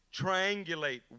triangulate